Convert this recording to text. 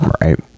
Right